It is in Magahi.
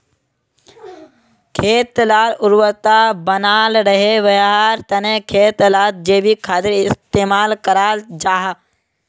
खेत लार उर्वरता बनाल रहे, याहार तने खेत लात जैविक खादेर इस्तेमाल कराल जाहा